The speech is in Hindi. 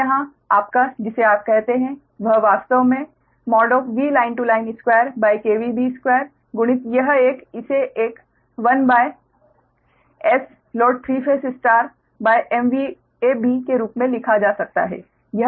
अब यहाँ आपका जिसे आप कहते हैं वह वास्तव में VL L2B2 गुणित यह एक इसे एक 1Sload3ϕMVAB के रूप में लिखा जा सकता है